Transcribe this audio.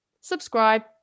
subscribe